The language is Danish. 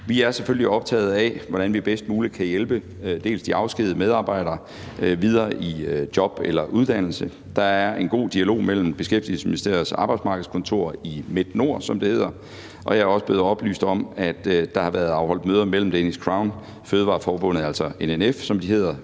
Vi er selvfølgelig optaget af, hvordan vi bedst muligt kan hjælpe de afskedigede medarbejdere videre i job eller uddannelse. Der er en god dialog mellem Beskæftigelsesministeriets Arbejdsmarkedskontor Midt-Nord, som det hedder. Jeg er også blevet oplyst om, at der har været afholdt møder mellem Danish Crown, Fødevareforbundet – altså NNF, som de hedder